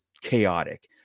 chaotic